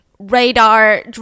Radar